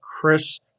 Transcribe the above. Chris